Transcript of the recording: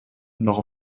noch